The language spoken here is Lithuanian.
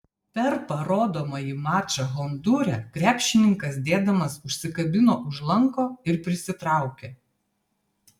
per parodomąjį mačą hondūre krepšininkas dėdamas užsikabino už lanko ir prisitraukė